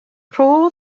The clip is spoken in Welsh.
rho